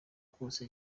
kose